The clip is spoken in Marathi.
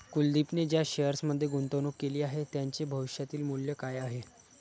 कुलदीपने ज्या शेअर्समध्ये गुंतवणूक केली आहे, त्यांचे भविष्यातील मूल्य काय आहे?